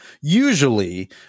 usually